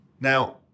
Now